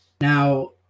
Now